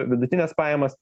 vidutines pajamas